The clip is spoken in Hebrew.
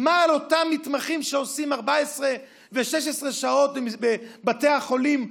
מה על אותם מתמחים שעושים 14 ו-16 שעות בבתי החולים?